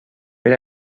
per